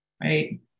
right